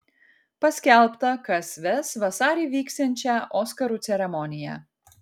paskelbta kas ves vasarį vyksiančią oskarų ceremoniją